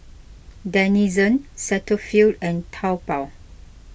Denizen Cetaphil and Taobao